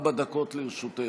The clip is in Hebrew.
ארבע דקות לרשותך.